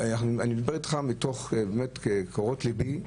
אני מדבר איתך מתוך קורות ליבי,